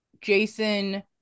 Jason